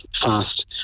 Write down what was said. fast